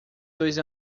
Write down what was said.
dois